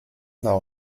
now